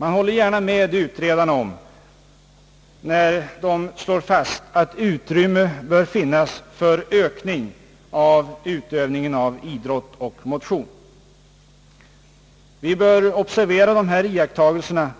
Man håller gärna med utredarna när de slår fast att utrymme bör finnas för ökad utövning av idrott och motion. Vi bör observera de gjorda iakttagelserna